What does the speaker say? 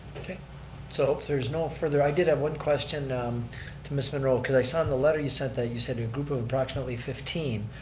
so, if there's no further, i did have one question to ms. monroe cause i saw on the letter you sent that you said a group of approximately fifteen,